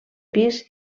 pis